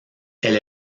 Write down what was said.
elle